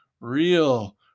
real